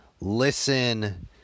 listen